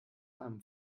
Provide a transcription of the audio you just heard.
einem